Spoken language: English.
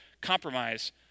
compromise